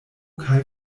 kaj